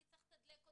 אני צריך לתדלק,